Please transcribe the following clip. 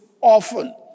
often